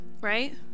right